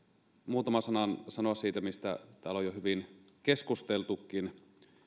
muutaman sanan sanoa siitä mistä täällä on jo hyvin keskusteltukin